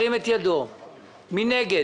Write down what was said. מי נגד?